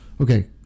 Okay